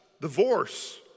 divorce